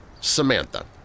Samantha